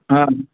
हा